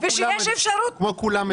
וכשיש אפשרות --- אתם מקבלים כמו כולם.